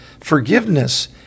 Forgiveness